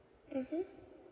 mmhmm